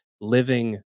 living